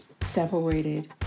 separated